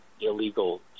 illegal